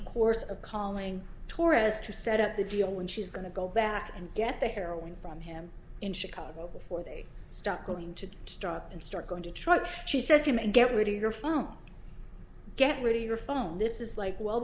the course of calling tourist to set up the deal when she's going to go back and get the heroin from him in chicago before they start going to start and start going to try to she says you may get rid of your phone get rid of your phone this is like well